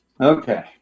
okay